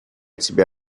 тебе